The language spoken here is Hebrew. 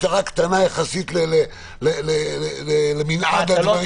משטרה קטנה יחסית למנעד הדברים.